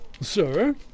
Sir